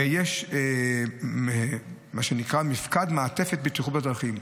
ויש מה שנקרא מפקד מעטפת בטיחות בדרכים,